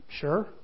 sure